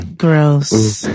gross